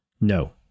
No